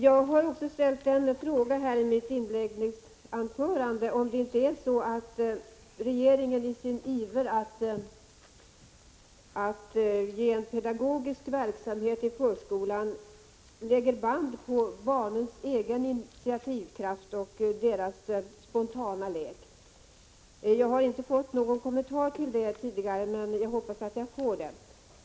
Jag har också ställt en fråga i mitt inledningsanförande om det inte är så att regeringen i sin iver att ge pedagogisk verksamhet i förskolan lägger band på barnens egen initiativkraft och spontana lek. Det har jag inte fått någon kommentar på än, men jag hoppas att jag får det.